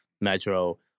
Metro